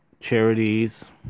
charities